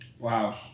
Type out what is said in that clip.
Wow